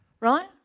Right